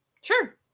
Sure